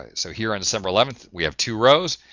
ah so here on december eleventh, we have two rows,